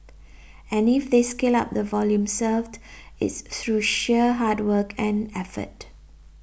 and if they scale up the volume served it's through sheer hard work and effort